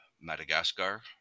Madagascar